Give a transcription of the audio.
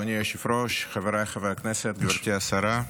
אדוני היושב-ראש, חבריי חברי הכנסת, גברתי השרה,